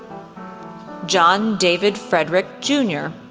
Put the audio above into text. john david frederick jr,